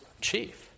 chief